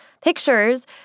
pictures